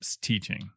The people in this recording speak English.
teaching